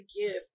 give